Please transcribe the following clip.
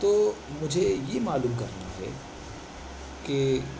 تو مجھے یہ معلوم کرنا ہے کہ